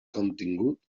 contingut